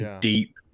deep